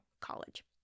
college